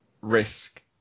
risk